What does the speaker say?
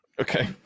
Okay